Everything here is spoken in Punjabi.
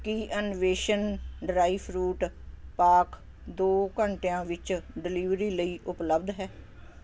ਕੀ ਅਨਵੇਸ਼ਨ ਡਰਾਈ ਫਰੂਟ ਪਾਕ ਦੋ ਘੰਟਿਆਂ ਵਿੱਚ ਡਿਲੀਵਰੀ ਲਈ ਉਪਲੱਬਧ ਹੈ